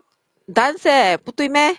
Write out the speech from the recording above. dance eh 不对 meh